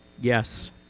Yes